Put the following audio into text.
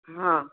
हां